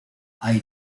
ahí